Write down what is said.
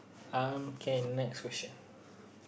um can next question